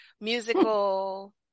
musical